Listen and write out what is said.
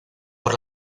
por